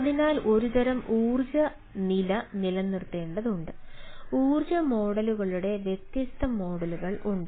അതിനാൽ ഇത് ഒരുതരം ഊർജ്ജ നില നിലനിർത്തേണ്ടതുണ്ട് ഊർജ്ജ മോഡലുകളുടെ വ്യത്യസ്ത മോഡലുകൾ ഉണ്ട്